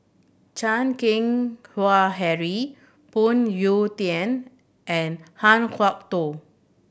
Chan Keng Howe Harry Phoon Yew Tien and Han Kwok Toh